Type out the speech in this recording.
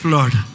Lord